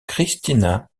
christina